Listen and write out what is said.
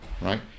right